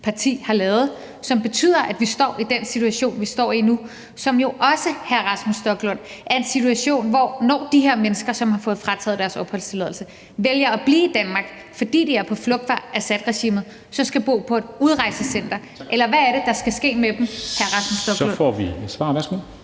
parti har lavet, og som betyder, at vi nu står i den situation, vi står i, og som jo også, hr. Rasmus Stoklund, er en situation, hvor de her mennesker, som har fået frataget deres opholdstilladelse, når de vælger at blive Danmark, fordi de er på flugt fra Assadregimet, så skal bo på et udrejsecenter. Eller hvad er det, der skal ske med dem, hr. Rasmus Stoklund? Kl. 13:52 Formanden